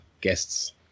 guests